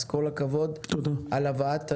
אז כל הכבוד על הבאת הדיון.